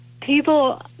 people